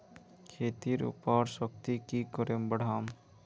खेतीर उर्वरा शक्ति की करे बढ़ाम?